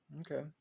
okay